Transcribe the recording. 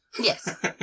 Yes